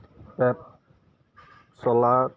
পেট চলা